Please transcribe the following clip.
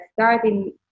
starting